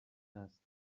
است